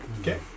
Okay